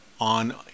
on